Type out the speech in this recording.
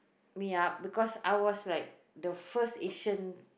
me up because I was like the first Asian